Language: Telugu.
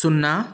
సున్నా